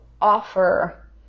offer